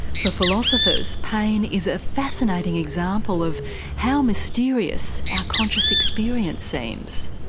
for philosophers, pain is a fascinating example of how mysterious our conscious experience seems.